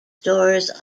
stores